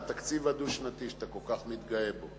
התקציב הדו-שנתי שאתה כל כך מתגאה בו.